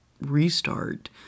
restart